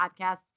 podcasts